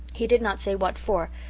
he did not say what for,